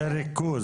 ריכוז,